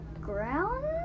ground